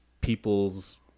people's